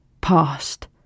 past